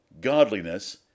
Godliness